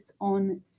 on